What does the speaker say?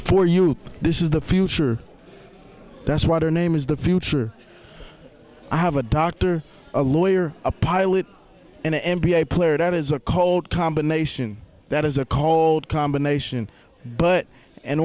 for you this is the future that's what her name is the future i have a doctor a lawyer a pilot an n b a player that is a cold combination that is a called combination but